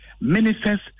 ministers